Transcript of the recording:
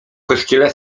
kościele